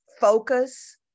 focus